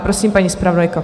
Prosím, paní zpravodajko.